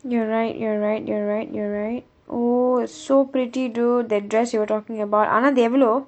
you're right you're right you're right you're right oh so pretty dude that dress you were talking about ஆனா அது எவ்ளோ:aanaa athu evalo